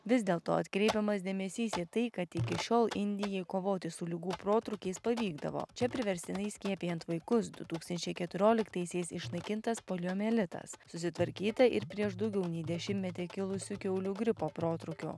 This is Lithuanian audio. vis dėlto atkreipiamas dėmesys į tai kad iki šiol indijai kovoti su ligų protrūkiais pavykdavo čia priverstinai skiepijant vaikus du tūkstančiai keturioliktaisiais išnaikintas poliomielitas susitvarkyta ir prieš daugiau nei dešimtmetį kilusiu kiaulių gripo protrūkiu